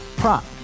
prop